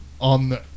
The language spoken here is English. on